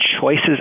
choices